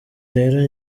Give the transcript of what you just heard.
rero